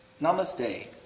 Namaste